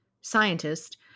scientist